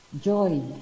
joy